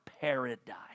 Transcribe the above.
paradise